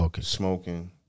smoking